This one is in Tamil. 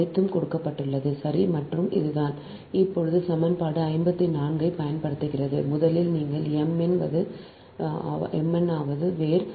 அனைத்தும் கொடுக்கப்பட்டுள்ளது சரி மற்றும் இதுதான் இப்போது சமன்பாடு 54 ஐப் பயன்படுத்துகிறது முதலில் நீங்கள் m n வது வேர்